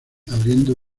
abriendo